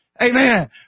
Amen